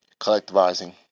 collectivizing